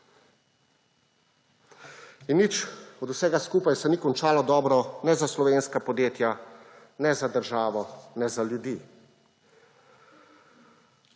Nič od vsega skupaj se ni končalo dobro ne za slovenska podjetja, ne za državo, ne za ljudi.